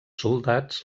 soldats